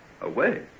Away